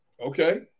Okay